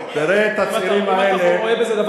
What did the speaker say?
אם אתה רואה בזה דבר